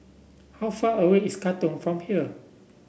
how far away is Katong from here